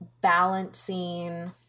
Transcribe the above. balancing